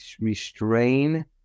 restrain